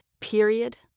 Period